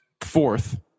fourth